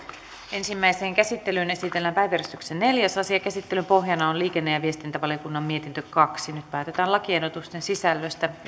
ensimmäiseen käsittelyyn esitellään päiväjärjestyksen neljäs asia käsittelyn pohjana on liikenne ja viestintävaliokunnan mietintö kaksi nyt päätetään lakiehdotusten sisällöstä